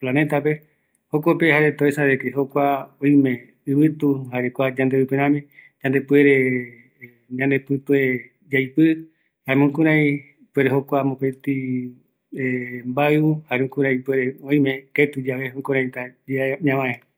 planetape, jare jaereta oesa jokope oïme ɨvɨtu, kua yande ɨvɨperämi, jaema jeireta vaera oïme yepe ïru planetape yaiko vaeravi